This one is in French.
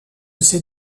ces